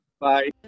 bye